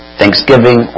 thanksgiving